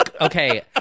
Okay